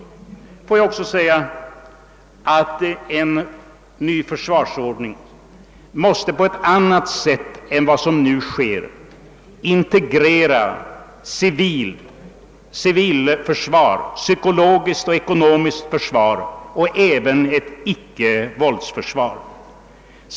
Får jag också säga att en ny försvarsordning på ett annat sätt än den nuvarande måste integrera civilförsvar, psykologiskt försvar och ekonomiskt försvar samt även ett icke-våldsförsvar.